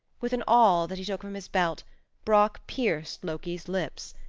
with an awl that he took from his belt brock pierced loki's lips.